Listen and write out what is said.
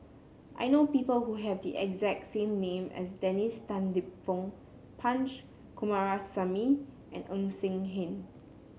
I know people who have the exact same name as Dennis Tan Lip Fong Punch Coomaraswamy and Ng Eng Hen